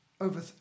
over